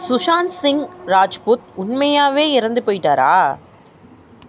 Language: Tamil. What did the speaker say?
சுஷாந்த் சிங் ராஜ்புத் உண்மையாகவே இறந்து போய்விட்டாரா